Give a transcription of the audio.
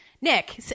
Nick